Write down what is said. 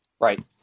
Right